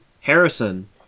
Harrison